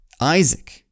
Isaac